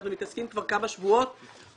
אנחנו מתעסקים כבר כמה שבועות בנושא הזה.